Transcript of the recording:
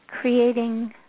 creating